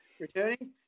returning